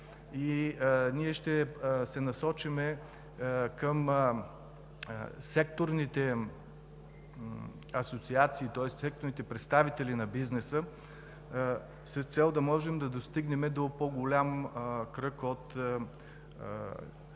Ние ще се насочим към секторните асоциации, тоест секторните представители на бизнеса, с цел да можем да достигнем до по-голям кръг от